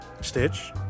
Stitch